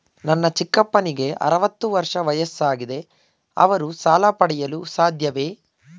ನನ್ನ ಚಿಕ್ಕಪ್ಪನಿಗೆ ಅರವತ್ತು ವರ್ಷ ವಯಸ್ಸಾಗಿದೆ ಅವರು ಸಾಲ ಪಡೆಯಲು ಸಾಧ್ಯವೇ?